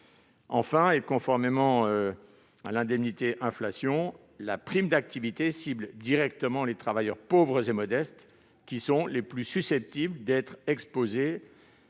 finances. Contrairement à l'indemnité inflation, la prime d'activité cible directement les travailleurs pauvres et modestes, qui sont les plus susceptibles d'être exposés